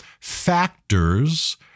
factors